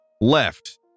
left